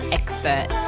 expert